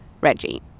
Reggie